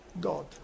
God